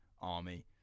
army